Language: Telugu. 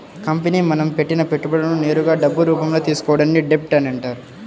కంపెనీ మనం పెట్టిన పెట్టుబడులను నేరుగా డబ్బు రూపంలో తీసుకోవడాన్ని డెబ్ట్ అంటారు